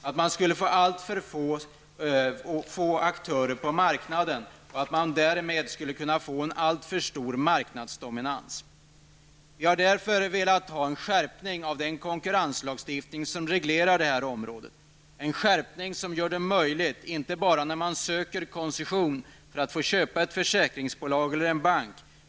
Risken är att man får alltför få aktörer på marknaden, som får en alltför stor marknadsdominans. Vi har därför velat ha en skärpning av den konkurrenslagstiftning som reglerar detta område. Vi vill att skärpningen inte bara skall gälla när man söker koncession för att få köpa ett försäkringsbolag eller en bank.